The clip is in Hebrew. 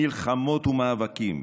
מלחמות ומאבקים,